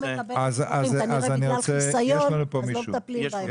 כנראה שבגלל חיסיון לא מטפלים בהם.